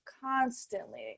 constantly